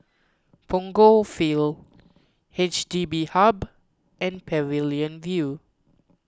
Punggol Field H D B Hub and Pavilion View